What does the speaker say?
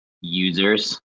users